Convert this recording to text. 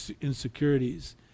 insecurities